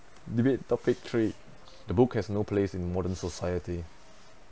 debate topic three the book has no place in modern society